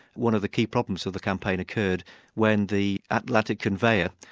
one of the key problems of the campaign occurred when the atlantic conveyor,